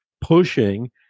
pushing